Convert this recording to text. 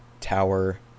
tower